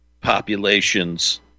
populations